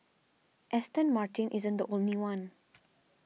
Aston Martin isn't the only one